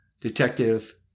Detective